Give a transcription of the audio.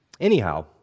Anyhow